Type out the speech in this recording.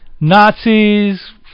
Nazis